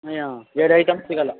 ಆಂ ಎರಡು ಐಟಮ್ ಸಿಗೋಲ್ಲ